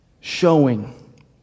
showing